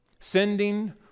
Sending